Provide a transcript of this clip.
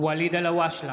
ואליד אלהואשלה,